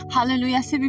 Hallelujah